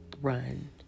run